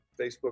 Facebook